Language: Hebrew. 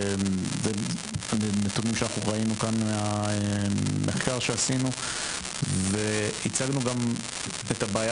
אלה נתונים שראינו כאן מהמחקר שעשינו והצגנו גם את הבעיה